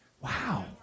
Wow